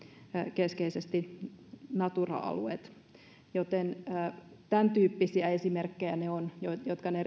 keskeisesti myös natura alueet tämäntyyppisiä esimerkkejä ne